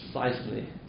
precisely